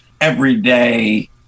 everyday